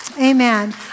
amen